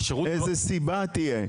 איזו סיבה תהיה?